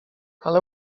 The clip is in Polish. ale